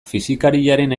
fisikariaren